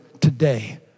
today